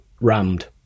rammed